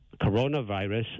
coronavirus